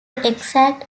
exact